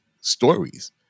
stories